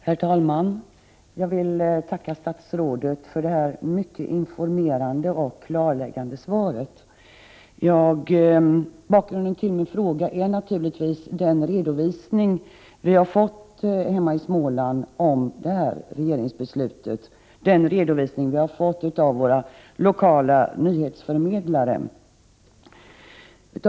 Herr talman! Jag vill tacka statsrådet för detta mycket informerande och klarläggande svar. Bakgrunden till min fråga är den redovisning av regeringens beslut som vi har fått av våra lokala nyhetsförmedlare hemma i Småland.